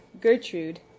Gertrude